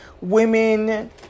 women